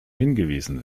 hingewiesen